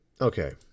okay